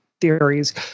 theories